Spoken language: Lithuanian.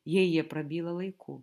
jei jie prabyla laiku